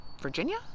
Virginia